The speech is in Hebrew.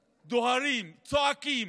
דוהרים, צועקים,